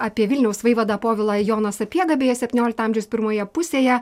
apie vilniaus vaivadą povilą joną sapiegą beje septyniolikto amžiaus pirmoje pusėje